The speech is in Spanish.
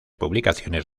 publicaciones